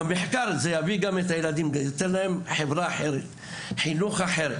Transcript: במחקר זה יביא גם את הילדים וייתן להם חברה אחרת וחינוך אחר.